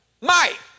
Mike